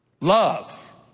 love